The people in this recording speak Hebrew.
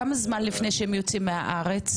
כמה זמן לפני שהם יוצאים מהארץ?